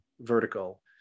vertical